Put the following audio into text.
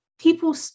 people